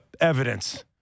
evidence